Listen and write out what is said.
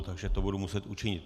Takže to budu muset učinit.